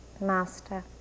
master